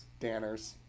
danners